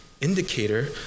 indicator